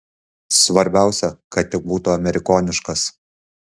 svarbiausia kad tik būtų amerikoniškas